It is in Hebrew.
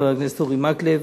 חבר הכנסת אורי מקלב,